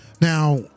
Now